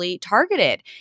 targeted